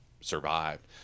survived